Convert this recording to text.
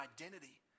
identity